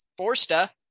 Forsta